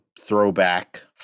throwback